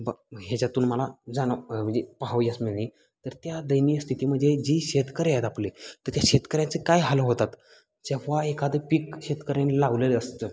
ब ह्याच्यातून मला जानव म्हणजे पाहावयास मिळली तर त्या दयनीय स्थिती म्हणजे जी शेतकरी आहेत आपले तर त्या शेतकऱ्याचे काय हाल होतात जेव्हा एखादं पीक शेतकऱ्यांनी लावलेले असतं